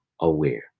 aware